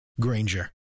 Granger